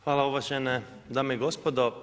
Hvala uvažene dame i gospodo.